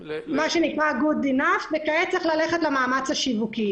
--- זה Good enough וכעת צריך ללכת למאמץ השיווקי,